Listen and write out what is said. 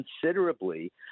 considerably